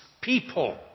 people